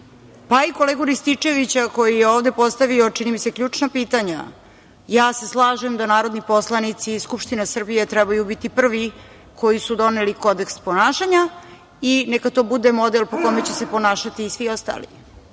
pa i kolegu Rističevića koji je ovde postavio, čini mi se, ključna pitanja. Slažem se da narodni poslanici Skupštine Srbije trebaju biti prvi koji su doneli kodeks ponašanja i neka to bude model po kome će se ponašati i svi ostali,